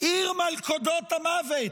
עיר מלכודות המוות,